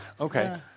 okay